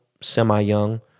semi-young